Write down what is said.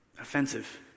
offensive